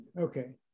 Okay